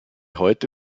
heute